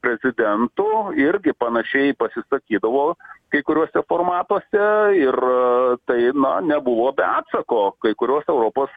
prezidentu irgi panašiai pasisakydavo kai kuriuose formatuose ir tai na nebuvo be atsako kai kurios europos